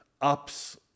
ups